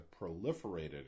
proliferated